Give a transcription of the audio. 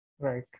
Right